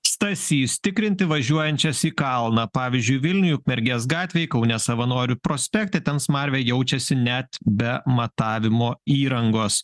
stasys tikrinti važiuojančias į kalną pavyzdžiui vilniuj ukmergės gatvėj kaune savanorių prospekte ten smarvė jaučiasi net be matavimo įrangos